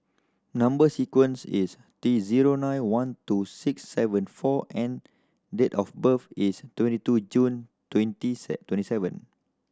number sequence is T zero nine one two six seven four N date of birth is twenty two June twenty twenty seven